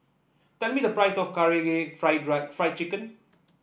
tell me the price of Karaage Fry Fry Chicken